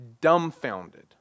dumbfounded